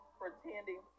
pretending